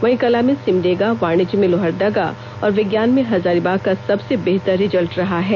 वहीं कला में सिमडेगा वाणिज्य में लोहरदगा और विज्ञान में हजारीबाग का सबसे बेहतर रिजल्ट रहा है